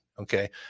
okay